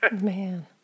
Man